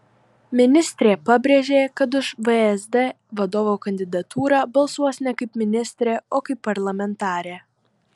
ministrė pabrėžė kad už vsd vadovo kandidatūrą balsuos ne kaip ministrė o kaip parlamentarė